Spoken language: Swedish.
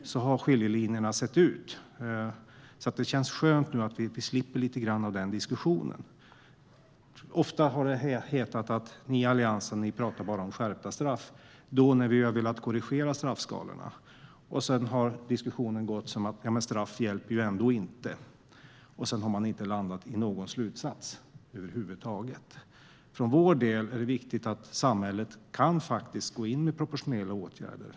Så har skiljelinjerna sett ut. Det känns skönt att vi nu slipper lite grann av den diskussionen. Ofta när vi har velat korrigera straffskalorna har det hetat att vi i Alliansen bara pratar om skärpta straff. Sedan har diskussionen gått mot att straff ändå inte hjälper. Man har inte landat i någon slutsats över huvud taget. För vår del är det viktigt att samhället faktiskt kan gå in med proportionerliga åtgärder.